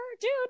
Dude